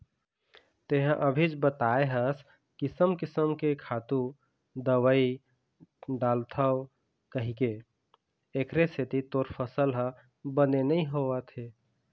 तेंहा अभीच बताए हस किसम किसम के खातू, दवई डालथव कहिके, एखरे सेती तोर फसल ह बने नइ होवत हे